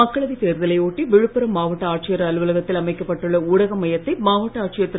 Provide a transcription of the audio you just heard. மக்களவைத் தேர்தலை ஒட்டி விழுப்புரம் மாவட்ட ஆட்சியர் அலுவலகத்தில் அமைக்கப்பட்டுள்ள ஊடக மையத்தை மாவட்ட ஆட்சியர் திரு